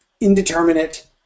indeterminate